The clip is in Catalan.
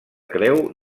creu